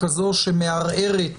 כזו שמערערת